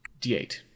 d8